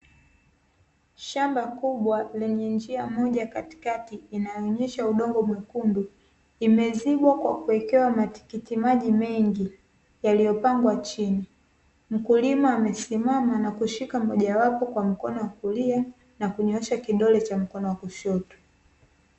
Shamba kubwa lenye njia moja ya katikati, inayoonesha udongo mwekundu. Imezibwa kwa kuwekewa matikiti maji mengi, yaliyopangwa chini. Mkulima amesimama na kushika mmoja wapo kwa mkono wa kulia, na kunyoosha kidole cha mkono wa kushoto.